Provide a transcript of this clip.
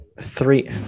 three –